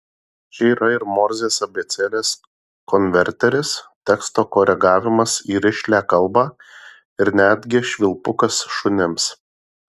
čia yra ir morzės abėcėlės konverteris teksto koregavimas į rišlią kalbą ir netgi švilpukas šunims